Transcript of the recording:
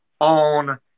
on